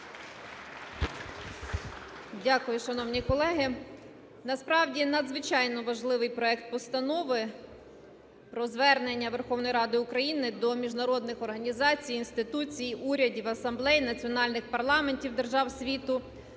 Дякую, шановні колеги. Насправді надзвичайно важливий проект Постанови про Звернення Верховної Ради України до міжнародних організацій, інституцій, урядів, асамблей, національних парламентів держав світу